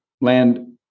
land